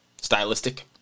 stylistic